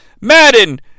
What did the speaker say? Madden